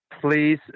please